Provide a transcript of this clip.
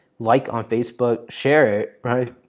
like on facebook. share it, right?